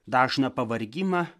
dažną pavargimą